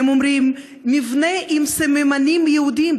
הם אומרים: מבנה עם סממנים יהודיים.